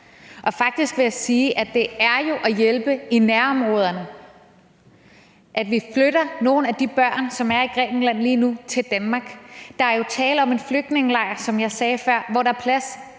om. Faktisk vil jeg sige, at det jo er at hjælpe i nærområderne, at vi flytter nogle af de børn, som er i Grækenland lige nu, til Danmark. Der er jo tale om en flygtningelejr, der, som jeg sagde før, for det første